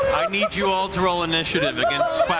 need you all to roll initiative against